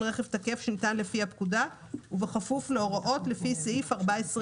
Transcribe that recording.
רכב תקף שניתן לפי הפקודה ובכפוף להוראות לפי סעיף 14